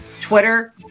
twitter